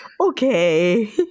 okay